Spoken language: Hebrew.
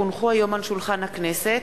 כי הונחו היום על שולחן הכנסת,